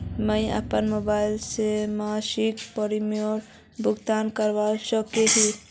मुई अपना मोबाईल से मासिक प्रीमियमेर भुगतान करवा सकोहो ही?